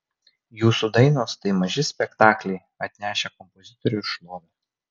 jūsų dainos tai maži spektakliai atnešę kompozitoriui šlovę